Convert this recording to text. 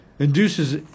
induces